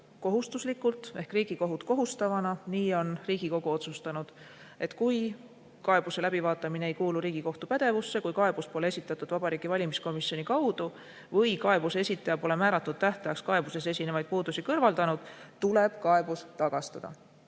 kohustuslikuna ehk Riigikohut kohustavana. Nii on Riigikogu otsustanud, et kaebuse läbivaatamine ei kuulu Riigikohtu pädevusse, kui kaebus pole esitatud Vabariigi Valimiskomisjoni kaudu või kaebuse esitaja pole määratud tähtajaks kaebuses esinevaid puudusi kõrvaldanud. Sel juhul tuleb kaebus tagastada.